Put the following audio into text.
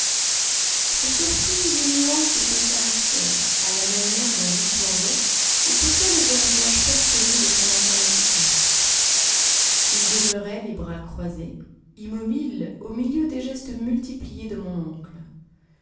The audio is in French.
je surpris les nuances de ce caractère à la manière dont l'islandais écouta le verbiage passionné de son interlocuteur il demeurait les bras croisés immobile au milieu des gestes multipliés de mon oncle